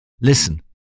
Listen